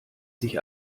sich